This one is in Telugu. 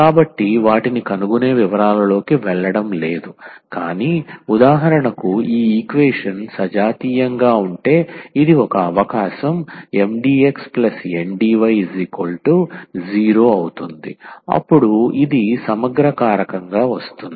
కాబట్టి వాటిని కనుగొనే వివరాలలోకి వెళ్ళడం లేదు కానీ ఉదాహరణకు ఈ ఈక్వేషన్ సజాతీయంగా ఉంటే ఇది ఒక అవకాశం MdxNdy0 అప్పుడు ఇది సమగ్ర కారకంగా వస్తుంది